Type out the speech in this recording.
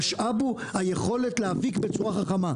המשאב הוא היכולת להאביק בצורה חכמה.